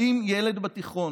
האם ילד בתיכון,